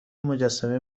مجسمه